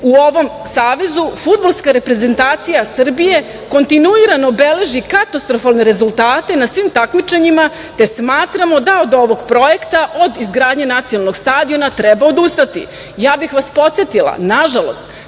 u ovom savezu, fudbalska reprezentacija Srbije kontinuirano beleži katastrofalne rezultate na svim takmičenjima, te smatramo da od ovog projekta od izgradnje nacionalnog stadiona treba odustati. Ja bih vas podsetila, nažalost,